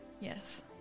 Yes